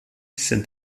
sind